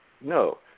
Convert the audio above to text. No